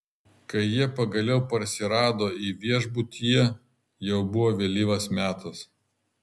kai jie pagaliau parsirado į viešbutyje jau buvo vėlyvas metas